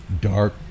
dark